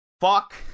fuck